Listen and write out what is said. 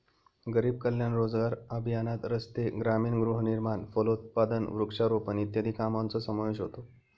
गरीब कल्याण रोजगार अभियानात रस्ते, ग्रामीण गृहनिर्माण, फलोत्पादन, वृक्षारोपण इत्यादी कामांचा समावेश होतो